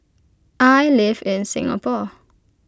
I live in Singapore